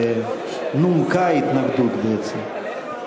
נומקה התנגדות בעצם.